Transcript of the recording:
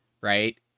right